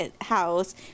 house